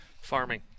Farming